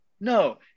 no